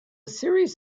series